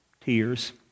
Tears